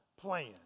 plan